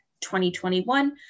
2021